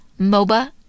MOBA